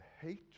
hatred